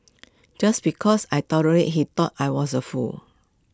just because I tolerated he thought I was A fool